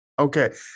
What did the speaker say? okay